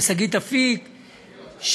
לשגית אפיק,